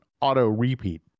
auto-repeat